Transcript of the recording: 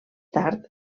tard